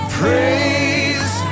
praise